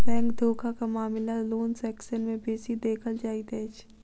bank धोखाक मामिला loan section मे बेसी देखल जाइत अछि